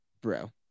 bro